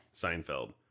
Seinfeld